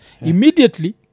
immediately